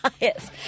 yes